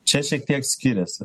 čia šiek tiek skiriasi